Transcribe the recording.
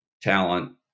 talent